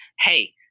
hey